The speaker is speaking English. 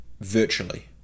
virtually